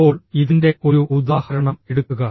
ഇപ്പോൾ ഇതിന്റെ ഒരു ഉദാഹരണം എടുക്കുക